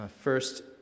First